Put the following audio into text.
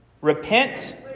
Repent